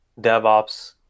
DevOps